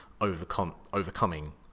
overcoming